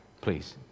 please